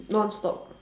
non-stop